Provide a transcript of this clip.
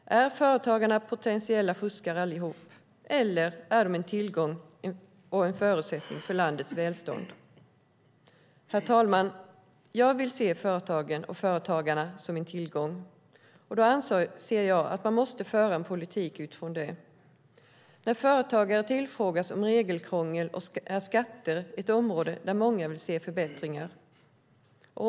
Är företagarna potentiella fuskare allihop, eller är de en tillgång och en förutsättning för landets välstånd? Herr talman! Jag vill se företagen och företagarna som en tillgång, och då anser jag att vi måste föra en politik utifrån det. När företagare tillfrågas om regelkrångel är skatter ett område där många vill se förbättringar.